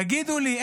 תגידו לי,